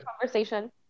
conversation